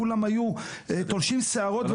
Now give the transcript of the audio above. כולם היו תולשים שערות,